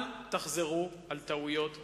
אל תחזרו על טעויות העבר.